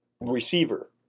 receiver